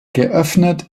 geöffnet